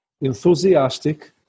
enthusiastic